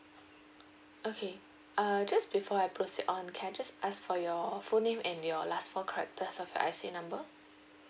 okay uh just before I proceed on can I just ask for your full name and your last four characters of your I_C number